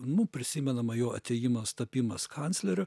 nu prisimenama jo atėjimas tapimas kancleriu